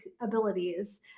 abilities